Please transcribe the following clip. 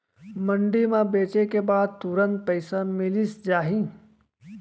मंडी म बेचे के बाद तुरंत पइसा मिलिस जाही?